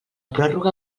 pròrroga